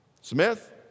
Smith